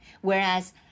whereas